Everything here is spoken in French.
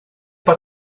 pas